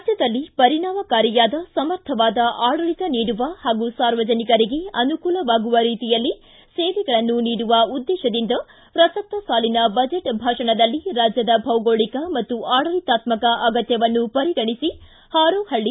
ರಾಜ್ಯದಲ್ಲಿ ಪರಿಣಾಮಕಾರಿಯಾದ ಸಮರ್ಥವಾದ ಆಡಳಿತ ನೀಡುವ ಹಾಗೂ ಸಾರ್ವಜನಿಕರಿಗೆ ಅನುಕೂಲವಾಗುವ ರೀತಿಯಲ್ಲಿ ಸೇವೆಗಳನ್ನು ನೀಡುವ ಉದ್ದೇಶದಿಂದ ಪ್ರಸಕ್ತ ಸಾಲಿನ ಬಜೆಟ್ ಭಾಷಣದಲ್ಲಿ ರಾಜ್ದದ ಭೌಗೋಳಿಕ ಮತ್ತು ಆಡಳಿತಾತ್ಕಕ ಅಗತ್ಯವನ್ನು ಪರಿಗಣಿಸಿ ಹಾರೋಹಳ್ಳ